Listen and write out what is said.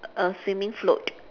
a swimming float